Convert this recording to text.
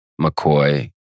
McCoy